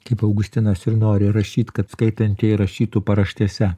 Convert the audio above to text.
kaip augustinas ir noriu rašyti kad skaitantieji rašytų paraštėse